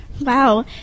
Wow